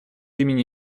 имени